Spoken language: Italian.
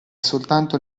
soltanto